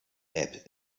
app